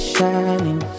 Shining